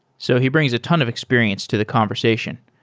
so he brings a ton of experience to the conversation.